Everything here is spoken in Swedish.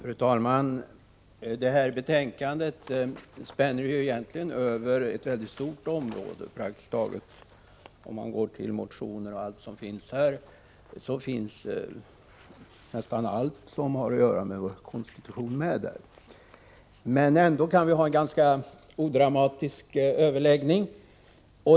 Fru talman! Det här betänkandet spänner ju egentligen över ett väldigt stort område. Om man går till motioner och allt annat som här finns, hittar man praktiskt taget allt som har med konstitution att göra. Men vi kan ändå ha en ganska odramatisk överläggning.